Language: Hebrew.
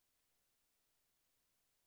בבקשה.